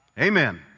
Amen